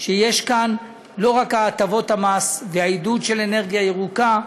שיש כאן לא רק הטבות מס ועידוד אנרגיה ירוקה,